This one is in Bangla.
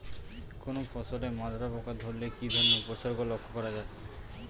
কোনো ফসলে মাজরা পোকা ধরলে কি ধরণের উপসর্গ লক্ষ্য করা যায়?